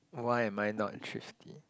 why am I not thrifty